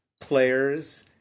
players